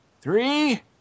Three